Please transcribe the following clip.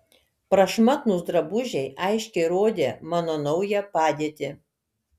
prašmatnūs drabužiai aiškiai rodė mano naują padėtį